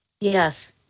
Yes